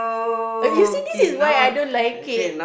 oh you see this is why I don't like it